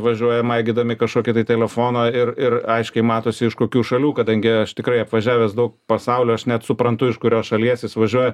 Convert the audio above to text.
važiuoja maigydami kažkokį tai telefoną ir ir aiškiai matosi iš kokių šalių kadangi aš tikrai apvažiavęs daug pasaulio aš net suprantu iš kurios šalies jis važiuoja